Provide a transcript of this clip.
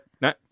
No